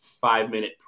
five-minute